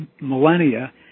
millennia